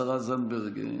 השרה זנדברג,